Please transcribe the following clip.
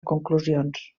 conclusions